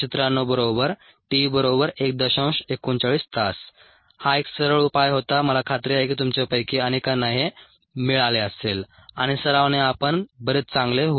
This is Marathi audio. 39 hours हा एक सरळ उपाय होता मला खात्री आहे की तुमच्यापैकी अनेकांना हे मिळाले असेल आणि सरावाने आपण बरेच चांगले होऊ